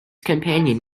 companion